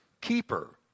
keeper